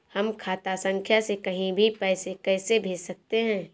हम खाता संख्या से कहीं भी पैसे कैसे भेज सकते हैं?